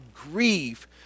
grieve